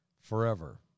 forever